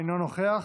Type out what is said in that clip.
אינו נוכח,